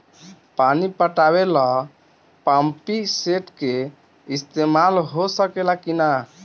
पानी पटावे ल पामपी सेट के ईसतमाल हो सकेला कि ना?